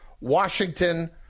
Washington